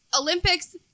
Olympics